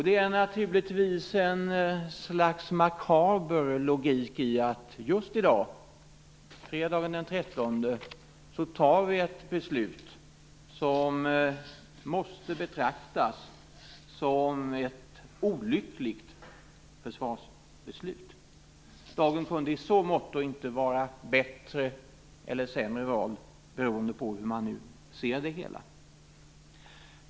Det är naturligtvis ett slags makaber logik i att just i dag, fredagen den 13, fattar vi ett beslut som måste betraktas som ett olyckligt försvarsbeslut. Dagen kunde i så måtto inte vara bättre, eller sämre, vald, beroende på hur man nu ser det hela.